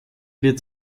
wird